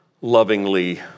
lovingly